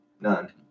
None